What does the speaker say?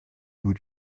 bout